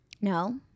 No